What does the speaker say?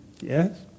Yes